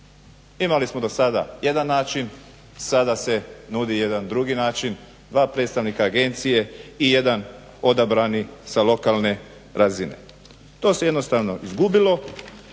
Imali smo do sada jedan način, sada se nudi jedan drugi način, dva predstavnika agencije i jedan odabrani sa lokalne razine. To se jednostavno izgubilo